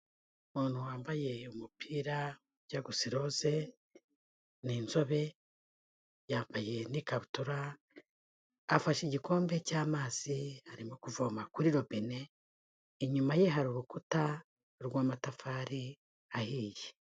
Umuntu wambaye umupira ujya gusa iroze, ni inzobe, yambaye n'ikabutura, afashe igikombe cy'amazi arimo kuvoma kuri robine, inyuma ye hari urukuta rw'amatafari ahiye.